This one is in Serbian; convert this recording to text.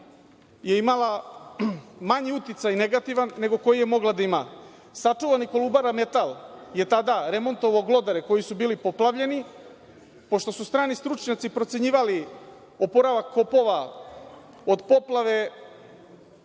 je imala manji negativan uticaj nego koji je mogla da ima. Sačuvani „Kolubara metal“ je tada remontovao glodare koji su bili poplavljeni. Pošto su strani stručnjaci procenjivali oporavak kopova od poplava,